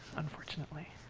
unfortunately.